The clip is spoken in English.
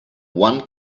one